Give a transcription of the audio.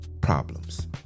Problems